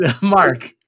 Mark